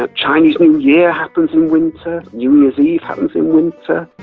ah chinese new year happens in winter, new year's eve happens in winter,